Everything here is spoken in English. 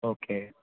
okay